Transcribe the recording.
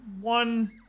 one